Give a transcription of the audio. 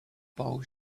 bowl